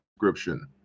description